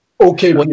okay